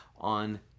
on